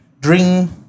drink